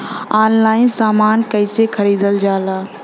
Online समान कैसे खरीदल जाला?